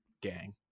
Gang